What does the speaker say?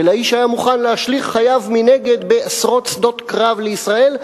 של האיש שהיה מוכן להשליך את חייו מנגד בעשרות שדות קרב לישראל,